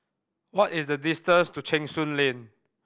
what is the distance to Cheng Soon Lane